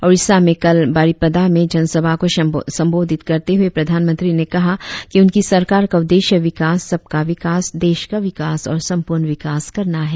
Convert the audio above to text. ओड़िशा में कल बारिपदा में जनसभा को संबोधित करते हुए प्रधानमंत्री ने कहा कि उनकी सरकार का उद्देश्य विकास सबका विकास देश का विकास और संपूर्ण विकास करना है